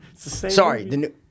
Sorry